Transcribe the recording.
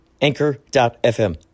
Anchor.fm